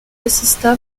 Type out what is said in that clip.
assista